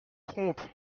trompe